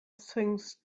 things